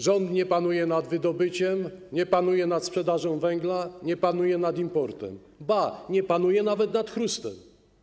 Rząd nie panuje nad wydobyciem, nie panuje nad sprzedażą węgla, nie panuje nad importem, ba, nie panuje nawet nad chrustem.